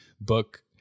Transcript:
book